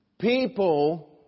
People